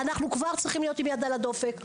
אנחנו כבר צריכים להיות עם יד על הדופק,